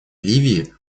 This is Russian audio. ливии